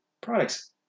products